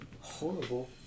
Horrible